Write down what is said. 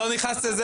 אני לא נכנס לזה.